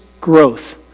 growth